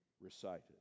recited